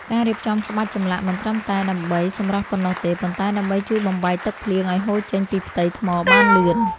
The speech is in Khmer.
ការរៀបចំក្បាច់ចម្លាក់មិនត្រឹមតែដើម្បីសម្រស់ប៉ុណ្ណោះទេ ប៉ុន្តែដើម្បីជួយបំបែកទឹកភ្លៀងឱ្យហូរចេញពីផ្ទៃថ្មបានលឿន។